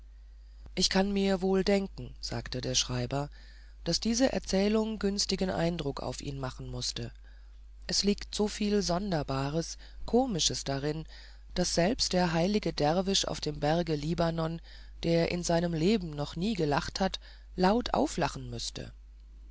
ich kann mir wohl denken sagte der schreiber daß diese erzählung günstigen eindruck auf ihn machen mußte es liegt so viel sonderbares komisches darin daß selbst der heilige derwisch auf dem berge libanon der in seinem leben noch nie gelacht hat laut auflachen müßte